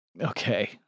Okay